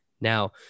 Now